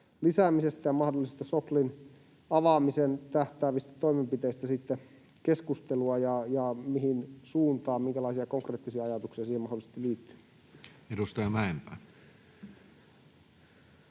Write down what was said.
lisäämisestä ja mahdollisista Soklin avaamiseen tähtäävistä toimenpiteistä keskustelua, ja mihin suuntaan, minkälaisia konkreettisia ajatuksia siihen mahdollisesti liittyy? [Speech